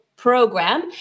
program